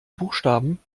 buchstaben